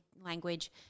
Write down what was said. language